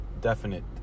definite